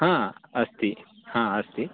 अस्ति अस्ति